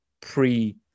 pre-